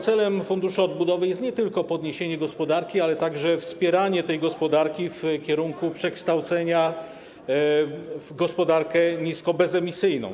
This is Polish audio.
Celem Funduszu Odbudowy jest nie tylko podniesienie gospodarki, ale także wspieranie tej gospodarki w kierunku przekształcenia w gospodarkę nisko-, bezemisyjną.